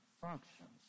functions